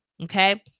Okay